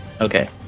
okay